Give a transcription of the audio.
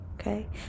okay